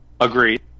Agreed